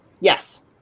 Yes